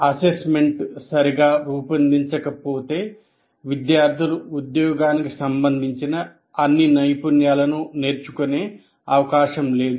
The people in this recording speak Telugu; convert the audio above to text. అసెస్మెంట్ సరిగా రూపొందించ కపోతే విద్యార్థులు ఉద్యోగానికి సంబంధించిన అన్ని నైపుణ్యాలను నేర్చుకునే అవకాశం లేదు